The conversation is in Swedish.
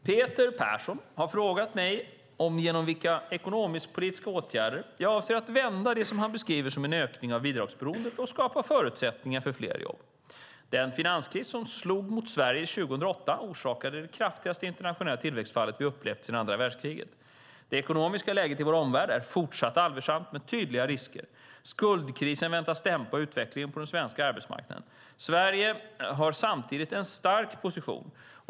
Herr talman! Peter Persson har frågat mig genom vilka ekonomisk-politiska åtgärder jag avser att vända det som han beskriver som en ökning av bidragsberoendet och skapa förutsättningar för fler jobb. Den finanskris som slog mot Sverige 2008 orsakade det kraftigaste internationella tillväxtfallet vi upplevt sedan andra världskriget. Det ekonomiska läget i vår omvärld är fortsatt allvarsamt med tydliga risker. Skuldkrisen väntas dämpa utvecklingen på den svenska arbetsmarknaden. Sverige har samtidigt en stark position.